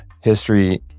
History